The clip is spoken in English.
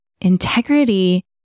Integrity